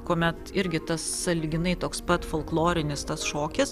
kuomet irgi tas sąlyginai toks pat folklorinis tas šokis